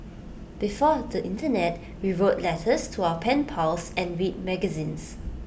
before the Internet we wrote letters to our pen pals and read magazines